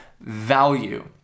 value